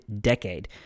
decade